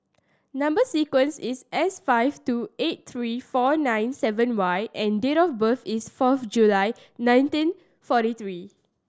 number sequence is S five two eight three four nine seven Y and date of birth is fourth July nineteen forty three